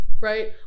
Right